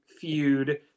Feud